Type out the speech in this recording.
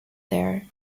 there